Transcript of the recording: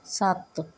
ਸੱਤ